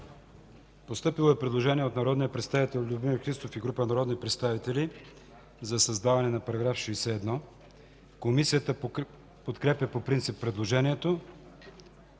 Постъпило е предложение от народния представител Любомир Христов и група народни представители по § 61. Комисията подкрепя по принцип предложението.